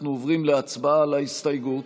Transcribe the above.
אנחנו עוברים להצבעה על ההסתייגות.